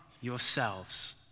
yourselves